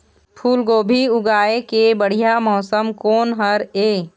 फूलगोभी उगाए के बढ़िया मौसम कोन हर ये?